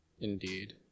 Indeed